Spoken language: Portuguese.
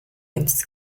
antes